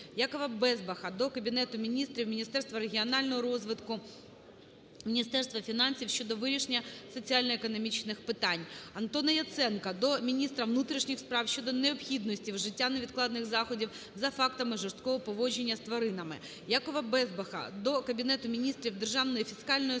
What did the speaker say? ЯковаБезбаха до Кабінету Міністрів, Міністерства регіонального розвитку, Міністерства фінансів щодо вирішення соціально-економічних питань. Антона Яценка до Міністра внутрішніх справ щодо необхідності вжиття невідкладних заходів за фактами жорстокого поводження з тваринами. ЯковаБезбаха до Кабінету Міністрів, Державної фіскальної